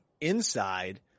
inside